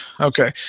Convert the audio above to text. Okay